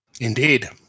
Indeed